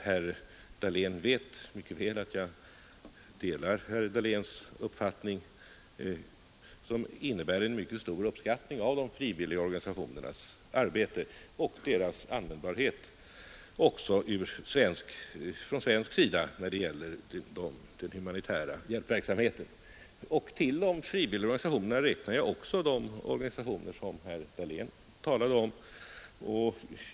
Herr Dahlén vet mycket väl att jag delar hans uppfattning, som innebär en mycket stor uppskattning av de frivilliga organisationernas arbete och deras användbarhet en uppskattning också från svensk sida när det gäller den humanitära hjälpverksamheten. Till de frivilliga organisationerna räknar jag också de organisationer som herr Dahlén talade om.